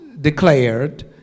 declared